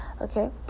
okay